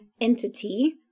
entity